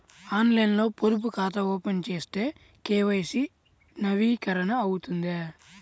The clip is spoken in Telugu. ఆన్లైన్లో పొదుపు ఖాతా ఓపెన్ చేస్తే కే.వై.సి నవీకరణ అవుతుందా?